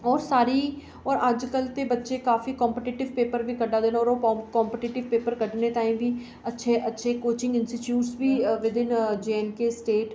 ते होर अज्जकल दे बच्चे ते काफी कम्पीटेटिव पेपर बी कड्ढा दे न ते ओह् कम्पीटेटिव पेपर कड्ढने ताहीं अच्छे अच्छे पेपर बी within J and K state